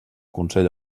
consell